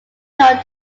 known